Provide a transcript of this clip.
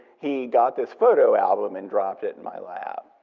he got this photo album and dropped it in my lap,